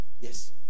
yes